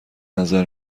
نظر